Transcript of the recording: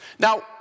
Now